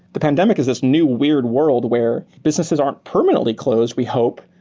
the pandemic is this new weird world where businesses aren't permanently closed, we hope,